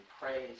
praise